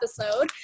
episode